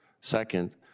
second